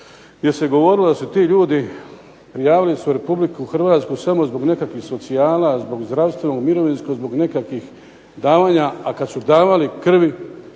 gdje se govorilo da su ti ljudi prijavili se u RH samo zbog nekakvih socijala, zbog zdravstvenog, mirovinskog, zbog nekakvih davanja, a kad su davali krvi,